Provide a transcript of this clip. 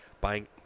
Buying